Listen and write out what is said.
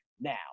now